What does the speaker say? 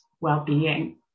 well-being